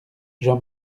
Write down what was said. jean